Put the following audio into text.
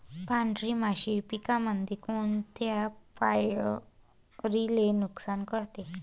पांढरी माशी पिकामंदी कोनत्या पायरीले नुकसान करते?